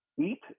eat